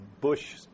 Bush